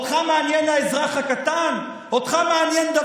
אותך מעניין האזרח הקטן?